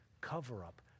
cover-up